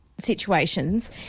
Situations